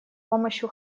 помощью